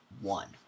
one